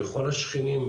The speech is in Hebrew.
בכל השכנים,